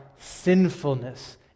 sinfulness